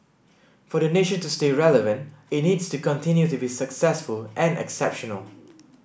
for the nation to stay relevant it needs to continue to be successful and exceptional